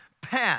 pen